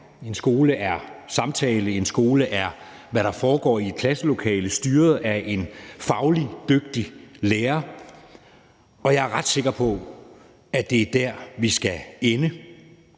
En skole er samtale, en skole er, hvad der foregår i et klasselokale styret af en fagligt dygtig lærer, og jeg er ret sikker på, at det er der, vi skal ende.